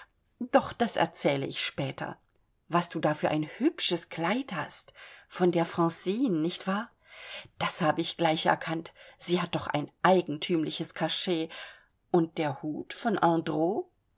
doch das erzähle ich später was du da für ein hübsches kleid hast von der francine nicht wahr das habe ich gleich erkannt sie hat doch ein eigentümliches cachet und der hut von